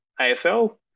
AFL